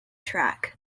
track